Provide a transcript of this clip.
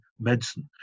medicine